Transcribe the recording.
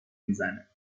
میزنه